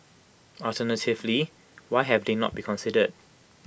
alternatively why have they not been considered